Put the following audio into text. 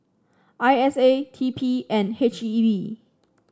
I S A T P and H E B